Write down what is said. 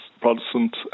Protestant